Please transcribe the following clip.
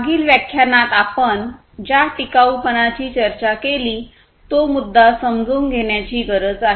मागील व्याख्यानात आपण ज्या टिकाऊपणा ची चर्चा केली तो मुद्दा समजून घेण्याची गरज आहे